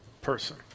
person